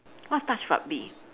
what's touch rugby